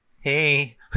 Hey